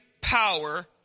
power